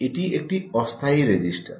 এটি একটি অস্থায়ী রেজিস্টার